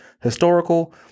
historical